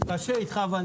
הישיבה ננעלה בשעה 12:20.